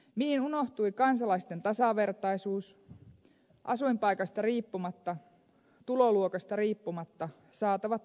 mihin unohtui kansalaisten tasavertaisuus asuinpaikasta riippumatta tuloluokasta riippumatta saatavat tasavertaiset palvelut